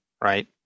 Right